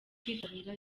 kwitabira